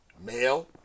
male